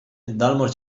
dalmor